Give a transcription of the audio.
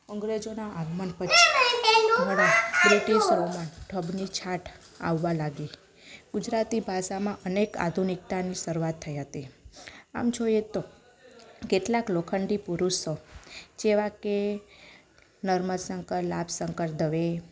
અંગ્રેજોના આગમન પછી બ્રિટિશોમાં ઠગની છાંટ આવવા લાગી ગુજરાતી ભાષામાં અનેક આધુનિકતાની શરૂઆત થઇ હતી આમ જોઈએ તો કેટલાક લોખંડી પુરુષો જેવાં કે નર્મદાશંકર લાભશંકર દવે